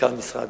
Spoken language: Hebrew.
מנכ"ל המשרד